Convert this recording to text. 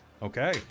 Okay